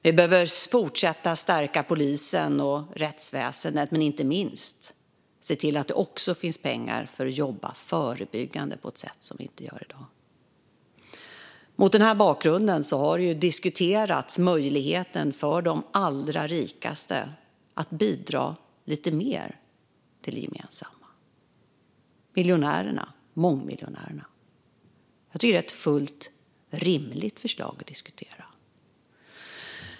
Vi behöver fortsätta att stärka polisen och rättsväsendet och inte minst se till att det också finns pengar för att jobba förebyggande på ett sätt som vi inte gör i dag. Mot den bakgrunden har möjligheten diskuterats att de allra rikaste skulle kunna bidra lite mer till det gemensamma. Det handlar om miljonärerna och mångmiljonärerna. Jag tycker att det är ett fullt rimligt förslag att diskutera.